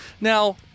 Now